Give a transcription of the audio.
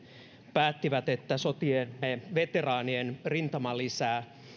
päättivät että sotiemme veteraanien rintamalisää